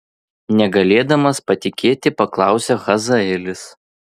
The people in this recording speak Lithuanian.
negalėdamas patikėti paklausė hazaelis